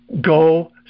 go